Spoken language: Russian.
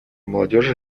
молодежи